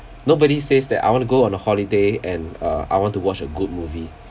nobody says that I want to go on a holiday and uh I want to watch a good movie